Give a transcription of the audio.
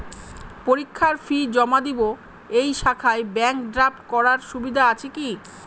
পরীক্ষার ফি জমা দিব এই শাখায় ব্যাংক ড্রাফট করার সুবিধা আছে কি?